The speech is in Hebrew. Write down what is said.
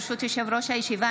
ברשות יושב-ראש הישיבה,